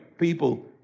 people